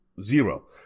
Zero